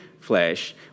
flesh